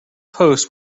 post